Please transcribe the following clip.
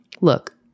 Look